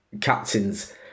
captains